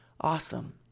Awesome